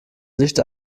licht